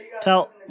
Tell